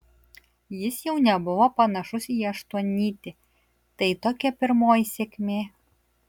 jis jau nebuvo panašus į aštuonnytį tai tokia pirmoji sėkmė